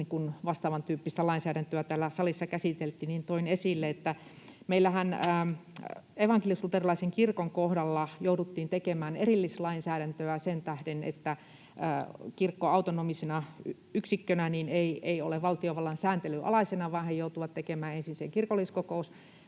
vastaavantyyppistä lainsäädäntöä täällä salissa käsiteltiin, toin esille. Meillähän evankelis-luterilaisen kirkon kohdalla jouduttiin tekemään erillislainsäädäntöä sen tähden, että kirkko autonomisena yksikkönä ei ole valtiovallan sääntelyn alaisena vaan he joutuvat tekemään ensin sen kirkolliskokouspäätöksenä